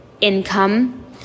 income